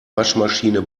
waschmaschine